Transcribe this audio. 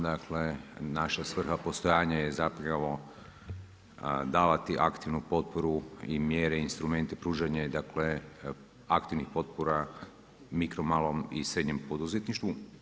Dakle, naša svrha postojanja je zapravo davati aktivnu potporu i mjere instrumente pružanje dakle, aktivnih potpora mikro, malom i srednjem poduzetništvu.